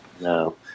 No